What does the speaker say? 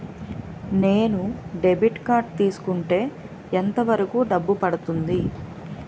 నేను debit card తీసుకుంటే ఎంత వరకు డబ్బు పడుతుంది?